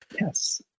Yes